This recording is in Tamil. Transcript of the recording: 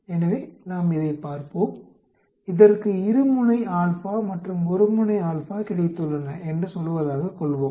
எனவே நாம் இதைப் பார்ப்போம் இதற்கு இருமுனை ஆல்பா மற்றும் ஒருமுனை ஆல்பா கிடைத்துள்ளன என்று சொல்வதாகக் கொள்வோம்